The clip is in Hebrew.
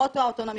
האוטו האוטונומי,